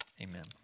amen